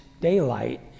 daylight